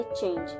change